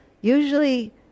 Usually